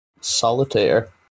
Solitaire